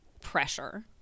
pressure